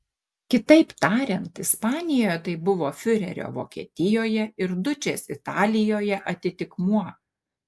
kitaip tariant ispanijoje tai buvo fiurerio vokietijoje ir dučės italijoje atitikmuo